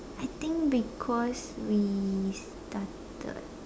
I think because we started